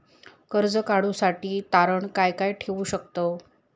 कर्ज काढूसाठी तारण काय काय ठेवू शकतव?